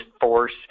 force